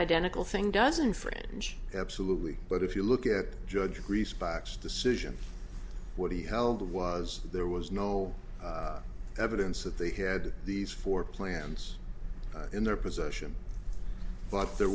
identical thing doesn't fringe absolutely but if you look at the judge agrees box decision what he held was there was no evidence that they had these four plans in their possession but there